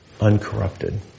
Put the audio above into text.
uncorrupted